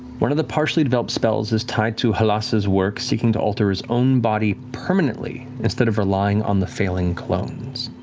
one of the partially developed spells is tied to halas' work seeking to alter his own body permanently instead of relying on the failing clones.